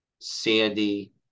Sandy